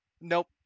Nope